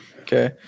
Okay